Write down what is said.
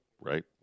right